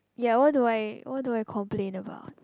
ya what do I what do I complain about